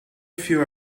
few